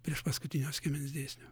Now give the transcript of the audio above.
priešpaskutinio skiemens dėsnio